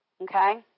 Okay